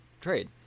trade